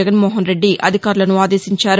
జగన్మోహన్ రెడ్డి అధికారులను ఆదేశించారు